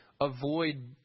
avoid